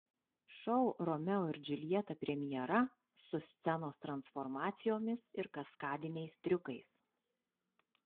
šou romeo ir džiuljeta premjera su scenos transformacijomis ir kaskadiniais triukais